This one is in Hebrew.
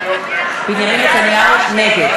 נגד